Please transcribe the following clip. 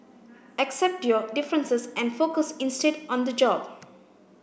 accept your differences and focus instead on the job